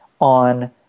on